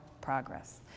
progress